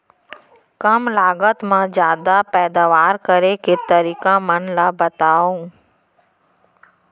कम लागत मा जादा पैदावार करे के तरीका मन ला बतावव?